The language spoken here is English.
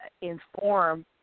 inform